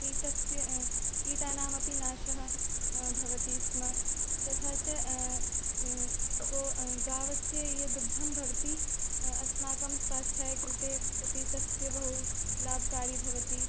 कीटस्य कीटानामपि नाशः भवति स्म तथा च गो गावस्य यद् दुग्धं भवति अस्माकं स्वास्थ्याय कृते अपि तस्य बहु लाभकारि भवति